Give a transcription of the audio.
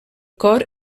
cor